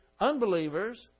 unbelievers